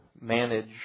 manage